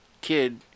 kid